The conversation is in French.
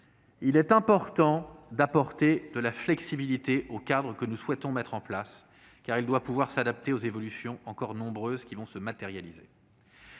Il est important d'apporter de la flexibilité au cadre que nous souhaitons mettre en place, car il doit pouvoir s'adapter aux évolutions encore nombreuses qui vont se matérialiser.